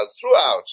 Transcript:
throughout